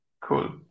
Cool